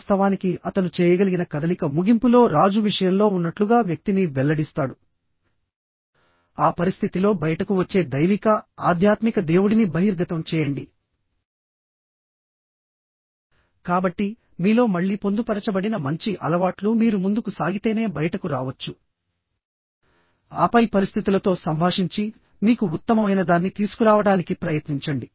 వాస్తవానికి అతను చేయగలిగిన కదలిక ముగింపులో రాజు విషయంలో ఉన్నట్లుగా వ్యక్తిని వెల్లడిస్తాడు ఆ పరిస్థితిలో బయటకు వచ్చే దైవికఆధ్యాత్మిక దేవుడిని బహిర్గతం చేయండి కాబట్టి మీలో మళ్ళీ పొందుపరచబడిన మంచి అలవాట్లు మీరు ముందుకు సాగితేనే బయటకు రావచ్చుఆపై పరిస్థితులతో సంభాషించి మీకు ఉత్తమమైనదాన్ని తీసుకురావడానికి ప్రయత్నించండి